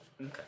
Okay